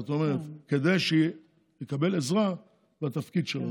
זאת אומרת, כדי שהוא יקבל עזרה בתפקיד שלו.